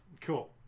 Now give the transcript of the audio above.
Cool